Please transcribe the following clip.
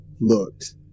looked